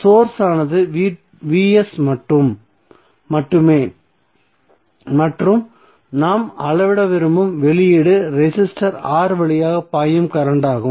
source ஆனது மட்டுமே மற்றும் நாம் அளவிட விரும்பும் வெளியீடு ரெசிஸ்டர் R வழியாக பாயும் கரண்ட்டாகும்